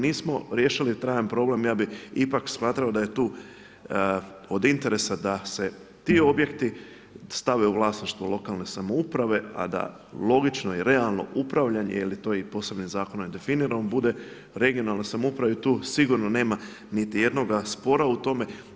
Nismo riješili trajan problem, ja bi ipak smatrao da je tu od interesa da se ti objekti stave u vlasništvu lokalne samouprave a da logično i realno upravljanje jer je to i posebnim zakonom definirano, bude regionalna samouprava i tu sigurno nema niti jednoga spora u tome.